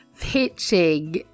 Pitching